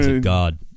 god